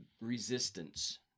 resistance